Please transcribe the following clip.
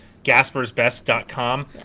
gaspersbest.com